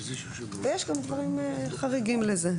יש גם דברים חריגים לזה.